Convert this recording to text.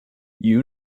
you